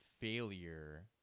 failure